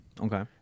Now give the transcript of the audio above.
Okay